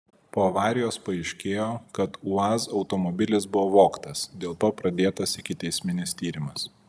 po avarijos paaiškėjo kad uaz automobilis buvo vogtas dėl to pradėtas ikiteisminis tyrimas